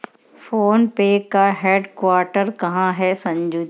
Phone पे का headquarter कहां है संजू?